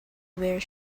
where